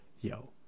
yo